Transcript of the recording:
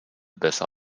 besser